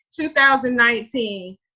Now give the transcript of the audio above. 2019